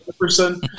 person